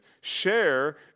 share